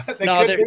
No